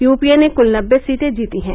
UPA ने कुल नबे सीटें जीती हैं